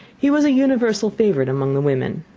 he was a universal favourite among the women.